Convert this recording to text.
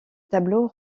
tableau